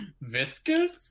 viscous